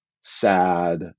sad